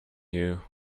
you